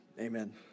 amen